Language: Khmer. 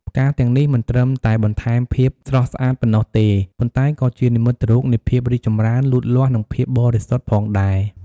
ផ្កាទាំងនេះមិនត្រឹមតែបន្ថែមភាពស្រស់ស្អាតប៉ុណ្ណោះទេ ប៉ុន្តែក៏ជានិមិត្តរូបនៃភាពរីកចម្រើន លូតលាស់ និងភាពបរិសុទ្ធផងដែរ។